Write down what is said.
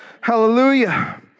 Hallelujah